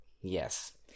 Yes